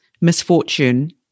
misfortune